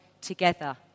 together